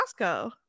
Costco